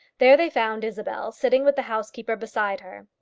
there they found isabel sitting with the housekeeper beside her.